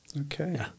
Okay